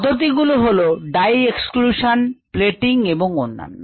পদ্ধতি গুলো হল dye exclusion plating এবং অন্যান্য